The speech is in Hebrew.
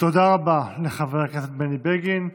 תודה רבה לחבר הכנסת בני בגין.